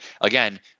again